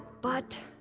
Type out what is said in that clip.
but.